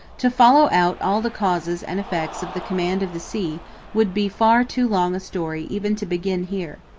to follow out all the causes and effects of the command of the sea would be far too long a story even to begin here.